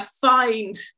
find